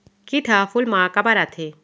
किट ह फूल मा काबर आथे?